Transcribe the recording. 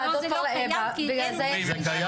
לא זה לא קיים, כי אין -- זה קיים.